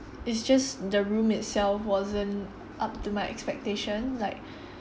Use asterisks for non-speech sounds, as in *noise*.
it's just the room itself wasn't up to my expectation like *breath*